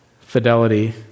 fidelity